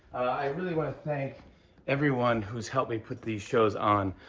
i really want to thank everyone who's helped me put these shows on.